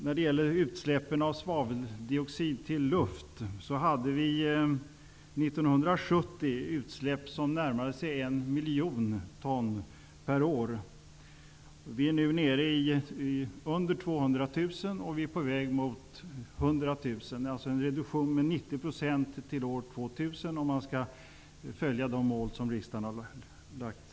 När det gäller utsläppen av svaveldioxid till luft hade vi 1970 utsläpp som närmade sig en miljon ton per år. Vi är nu nere under 200 000 ton och på väg mot 100 000. Det blir alltså en reduktion med 90 % till år 2000 om vi skall följa de mål som riksdagen lagt fast.